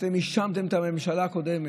אתם האשמתם את הממשלה הקודמת,